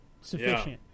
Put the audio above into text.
sufficient